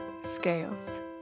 scales